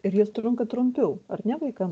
ir jos trunka trumpiau ar ne vaikam